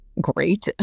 great